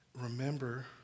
Remember